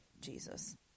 Jesus